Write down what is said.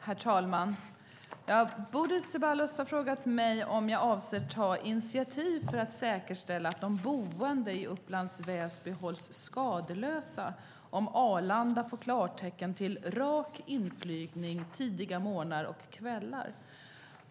Herr talman! Bodil Ceballos har frågat mig om jag avser att ta initiativ för att säkerställa att de boende i Upplands Väsby hålls skadeslösa om Arlanda får klartecken till rak inflygning tidiga morgnar och kvällar.